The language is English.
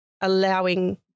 allowing